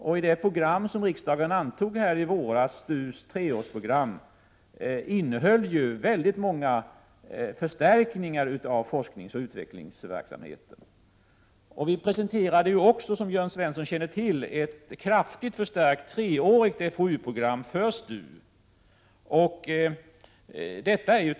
STU:s treårsprogram, som riksdagen antog i våras, innehöll väldigt många förstärkningar av forskningsoch utvecklingsverksamheten. Som Jörn Svensson känner till presenterade vi också ett kraftigt förstärkt treårigt Fou-program för STU.